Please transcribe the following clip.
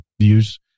views